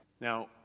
Now